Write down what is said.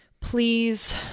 please